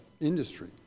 industry